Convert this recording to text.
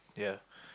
yeah